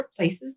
workplaces